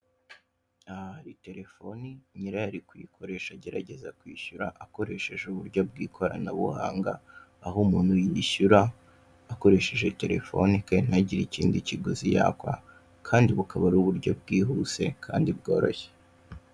Aha hari telefoni nyirayo ari kuyikoresha agerageza kwishyura akeresheje uburyo bw'ikoranabuhanga. Aho umuntu yishyura akoresheje telefone kandi ntagire ikindi kiguzi yakwa. Kandi bukaba ari uburyo bwihuse kandi bworoshye.